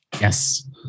Yes